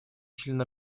член